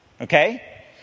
Okay